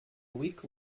week